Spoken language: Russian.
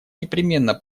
непременно